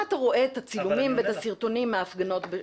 פחות ופחות רואים את אותן תמונות קשות שיצאו מחלק מההפגנות.